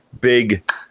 big